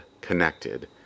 connected